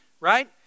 right